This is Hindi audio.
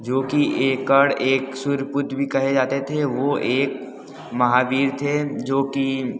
जो की एक कर्ण एक सूर्य पुत्र भी कहे जाते थे वो एक महावीर थे जो कि